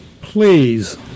please